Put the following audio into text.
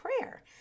Prayer